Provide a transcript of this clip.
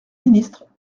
ministre